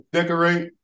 Decorate